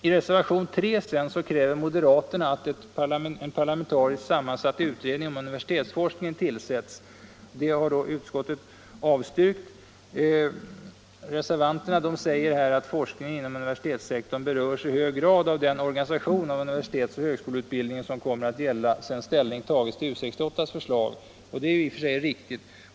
I reservation 3 kräver moderaterna att en parlamentariskt sammansatt utredning om universitetsforskningen tillsätts. Det har utskottet avstyrkt. Reservanterna säger att forskningen inom universitetssektorn i hög grad berörs av den organisation av universitetsoch högskoleutbildning som kommer att gälla sedan ställning tagits till U 68:s förslag. Det är i och för sig riktigt.